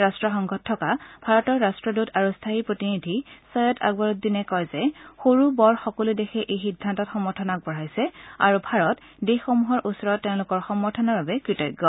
ৰাট্টসংঘত থকা ভাৰতৰ ৰাট্টদূত আৰু স্থায়ী প্ৰতিনিধি ছৈয়দ আকবৰ উদ্দিনে কয় যে সৰু বৰ সকলো দেশে এই সিদ্ধান্তত সমৰ্থন আগবঢ়াইছে আৰু ভাৰত দেশসমূহৰ ওচৰত তেওঁলোকৰ সমৰ্থনৰ বাবে কৃতজ্ঞ